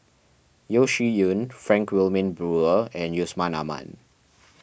Yeo Shih Yun Frank Wilmin Brewer and Yusman Aman